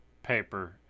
paper